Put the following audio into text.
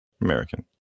American